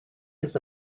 his